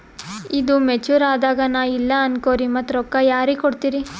ಈದು ಮೆಚುರ್ ಅದಾಗ ನಾ ಇಲ್ಲ ಅನಕೊರಿ ಮತ್ತ ರೊಕ್ಕ ಯಾರಿಗ ಕೊಡತಿರಿ?